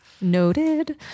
noted